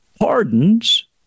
pardons